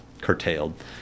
curtailed